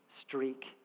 streak